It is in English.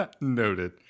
Noted